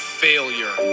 failure